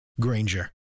Granger